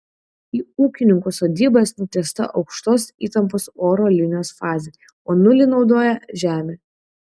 į ūkininkų sodybas nutiesta aukštos įtampos oro linijos fazė o nulį naudoja žemę